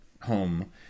home